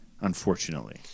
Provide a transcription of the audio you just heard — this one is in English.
Unfortunately